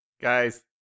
Guys